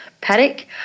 paddock